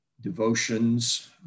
devotions